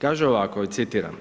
Kaže ovako citiram: